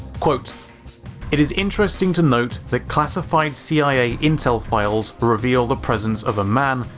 quote it is interesting to note that classified cia intel files reveal the presence of a man,